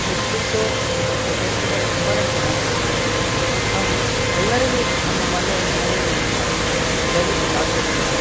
ಉಪ್ಪಿಟ್ಟು ಮತ್ತು ಕೇಸರಿ ಬಾತ್ ತುಂಬನೆ ಚೆನ್ನಾಗಿರುತ್ತೆ ಹಾಗೆ ಎಲ್ಲರಿಗೂ ನಮ್ಮ ಮಳೆ ಮನೆಯಲ್ಲಿ ಇಷ್ಟ ದಯವಿಟ್ಟು ಮಾಡ್ಕೊಡ್ತೀರ